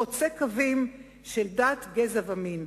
וחוצות קווים של דת, גזע ומעמד.